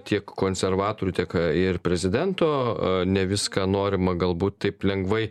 tiek konservatorių tiek ir prezidento a ne viską norima galbūt taip lengvai